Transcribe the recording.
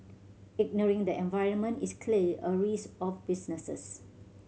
ignoring the environment is clearly a risk of businesses